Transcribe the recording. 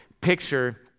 picture